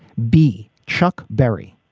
b, chuck berry.